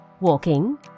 walking